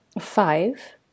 five